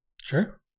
Sure